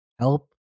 help